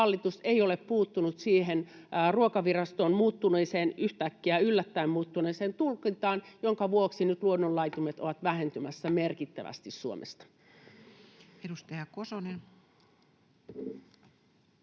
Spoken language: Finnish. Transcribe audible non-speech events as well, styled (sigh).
ei ole puuttunut siihen Ruokaviraston yhtäkkiä yllättäen muuttuneeseen tulkintaan, jonka vuoksi nyt luonnonlaitumet (noise) ovat vähentymässä merkittävästi Suomesta.